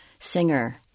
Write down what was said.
singer